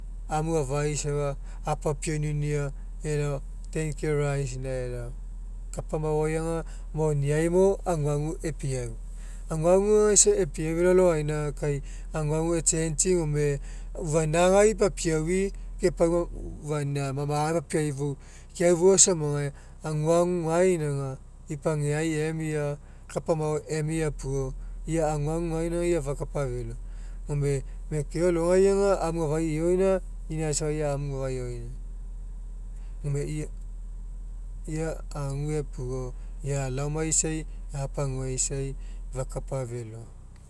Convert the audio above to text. Amu afai safa apapiauniniua elao ten kilo rice bag kapa maoai aga moniai mk aguagu epiau aguagu aga isa epiau felo alogaina kai aguagu e'changei gk e ufainagai papiau ke pau ufuna a maga papiaui fou keaufoia samagai aguagu gaina aga ipageai emia kapa maoai emia puo ia a'a aguagu gaina aga fakapa felo gome mekeo alogai aga amu afai ioina inae safa ia amu afai ioina. Gome ia ague puo ia a'a laomaisai apaguaisai fakapafelo.